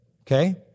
okay